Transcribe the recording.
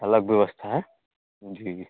अलग व्यवस्था है जी जी